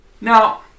Now